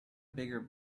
bigger